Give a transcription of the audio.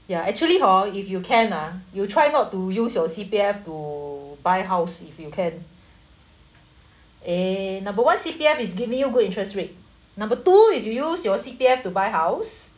ya actually hor if you can ah you try not to use your C_P_F to buy house if you can eh number one C_P_F is giving you good interest rate number two if you use your C_P_F to buy house